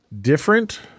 different